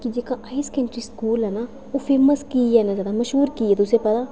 कि जेह्का high secondary school ऐ ना ओह् फेमस कीऽ ऐ इन्ना ज्यादा मश्हूर कीऽ ऐ तुसेंगी पता